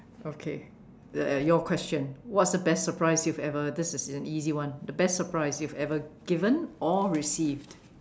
okay that your question what's the best surprise you've ever this is an easy one the best surprise you've ever given or received